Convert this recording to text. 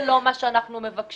זה לא מה שאנחנו מבקשים.